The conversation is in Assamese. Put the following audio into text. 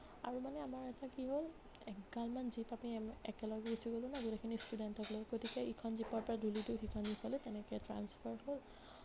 আৰু মানে আমাৰ এটা কি হ'ল এগালমান জীপ আমি একেলগে উঠি গ'লোঁ ন গোটেইখিনি ষ্টুডেণ্টক লৈ গতিকে ইখন জীপৰ পৰা ধূলিটো সিখন জীপলৈ তেনেকে ট্ৰান্সফাৰ হ'ল